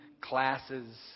classes